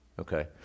Okay